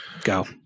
Go